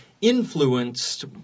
influenced